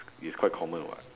it's quite common [what]